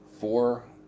four